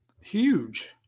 huge